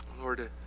Lord